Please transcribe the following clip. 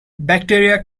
bacteria